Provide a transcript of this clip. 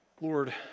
Lord